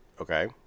Okay